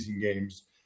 games